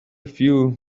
few